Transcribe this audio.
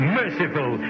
merciful